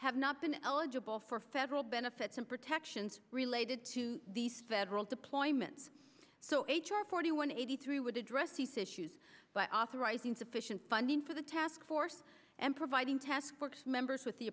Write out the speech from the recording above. have not been eligible for federal benefits and protections related to these federal deployments so h r forty one eighty three would address these issues by authorizing sufficient funding for the task force and providing task force members with the